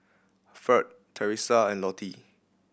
Ferd Teresa and Lottie